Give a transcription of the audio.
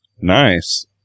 Nice